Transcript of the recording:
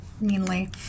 meanly